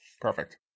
Perfect